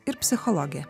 ir psichologė